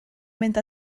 mynd